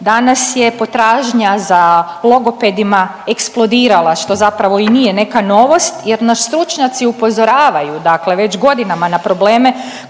danas je potražnja za logopedima eksplodirala što zapravo i nije neka novost jer nas stručnjaci upozoravaju dakle već godinama na probleme